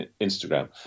Instagram